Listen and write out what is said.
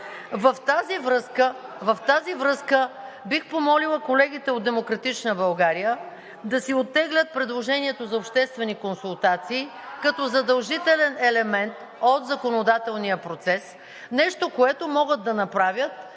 В тази връзка бих помолила колегите от „Демократична България“ да си оттеглят предложението за обществени консултации, като задължителен елемент от законодателния процес, нещо, което могат да направят